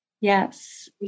Yes